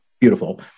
Beautiful